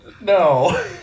No